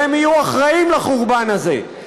והם יהיו אחראים לחורבן הזה,